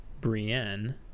Brienne